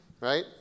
right